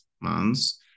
months